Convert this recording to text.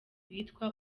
witwa